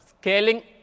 scaling